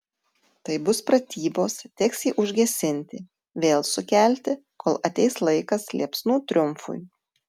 tai bus pratybos teks jį užgesinti vėl sukelti kol ateis laikas liepsnų triumfui